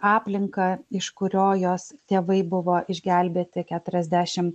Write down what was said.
aplinką iš kurio jos tėvai buvo išgelbėti keturiasdešim